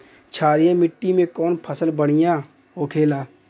क्षारीय मिट्टी में कौन फसल बढ़ियां हो खेला?